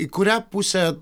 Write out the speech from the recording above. į kurią pusę